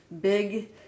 Big